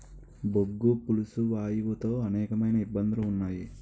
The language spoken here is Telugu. బొగ్గు పులుసు వాయువు తో అనేకమైన ఇబ్బందులు ఉన్నాయి